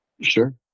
Sure